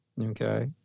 okay